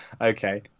Okay